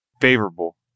favorable